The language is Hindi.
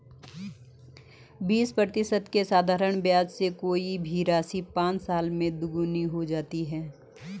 बीस प्रतिशत के साधारण ब्याज से कोई भी राशि पाँच साल में दोगुनी हो जाती है